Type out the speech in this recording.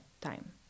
time